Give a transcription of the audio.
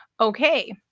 Okay